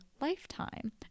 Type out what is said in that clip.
lifetime